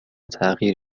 تغییر